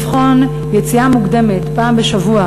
לבחון יציאה מוקדמת פעם בשבוע,